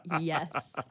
Yes